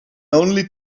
only